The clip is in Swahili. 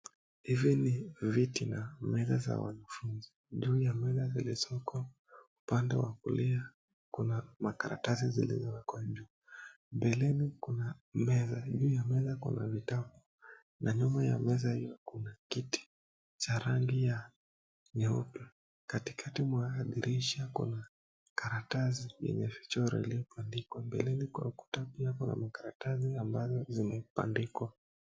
Hivi ni viti na meza za wanafunzi. Juu ya meza zilizo upande wa kulia kuna makaratasi zilizowekwa juu. Mbeleni kuna meza. Juu ya meza kuna vitabu na nyuma ya meza hiyo kuna kiti cha rangi ya nyeupe. Katikati mwa dirisha kuna karatasi yenye fichoro iliyopandikwa mbeleni kwa ukuta pia kuna makaratasi ambazo zimebandikwa.